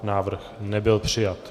Návrh nebyl přijat.